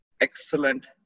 excellent